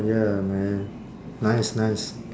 ya man nice nice